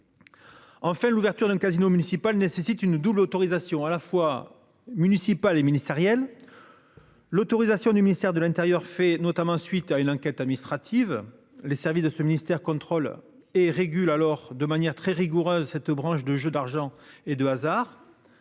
En fait l'ouverture du casino municipal nécessite une double autorisation à la fois municipales et ministérielle. L'autorisation du ministère de l'Intérieur fait notamment suite à une enquête administrative. Les services de ce ministère contrôlent et régulent alors de manière très rigoureuse. Cette branche de jeux d'argent et de hasard.